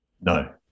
No